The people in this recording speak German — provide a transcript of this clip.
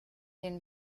den